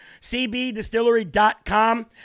CBDistillery.com